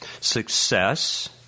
Success